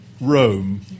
Rome